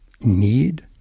need